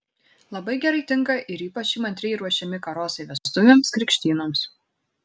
labai gerai tinka ir ypač įmantriai ruošiami karosai vestuvėms krikštynoms